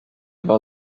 war